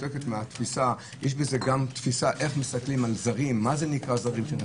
מה זה נקרא זרים?